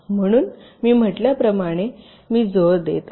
म्हणून मी म्हटल्याप्रमाणे मी जोर देत आहे